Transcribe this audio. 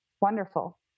wonderful